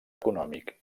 econòmic